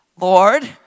Lord